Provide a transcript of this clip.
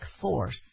force